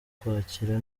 kwakira